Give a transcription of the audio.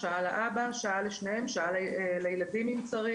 לאמא, שעה לאבא, שעה לשניהם, שעה לילדים אם צריך.